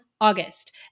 August